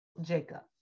Jacob